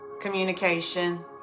communication